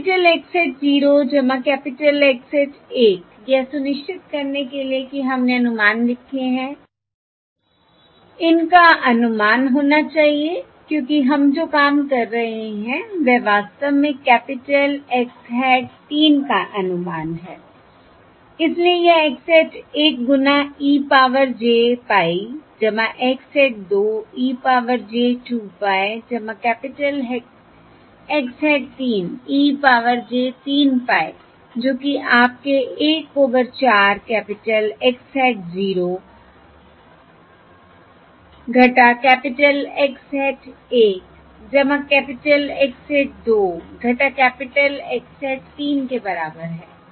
capital X hat 0 capital X hat 1 यह सुनिश्चित करने के लिए कि हमने अनुमान लिखे हैं इनका अनुमान होना चाहिए क्योंकि हम जो काम कर रहे हैं वह वास्तव में कैपिटल X hat 3 का अनुमान है इसलिए यह X hat 1 गुणा e power j pie X hat 2 e power j 2 pie capital X hat 3 e power j 3 pie जो कि आपके 1 over 4 capital X hat 0 capital X hat 1 capital X hat 2 capital X hat 3 के बराबर है